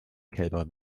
kälber